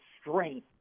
strength